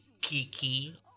Kiki